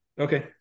Okay